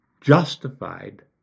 justified